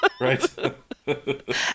Right